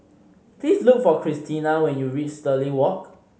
please look for Christena when you reach Stirling Walk